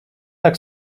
tak